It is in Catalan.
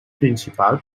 principal